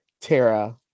Tara